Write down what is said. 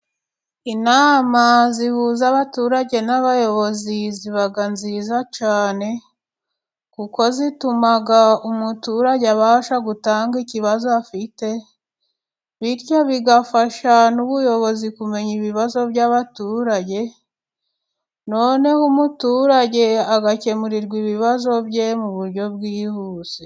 Inama zihuza abaturage n'abayobozi ziba nziza cyane ,kuko zituma umuturage abasha gutanga ikibazo afite ,bityo bigafasha n'ubuyobozi kumenya ibibazo by'abaturage, noneho umuturage agakemurirwa ibibazo bye mu buryo bwihuse.